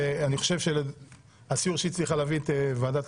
ואני חושב שהסיור שהיא הצליחה להביא את ועדת